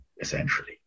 essentially